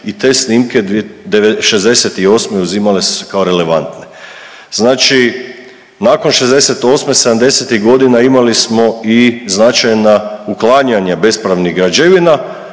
i te snimke '68. uzimale su se kao relevantne. Znači nakon '68. sedamdesetih godina imali smo i značajna uklanjanja bespravnih građevina,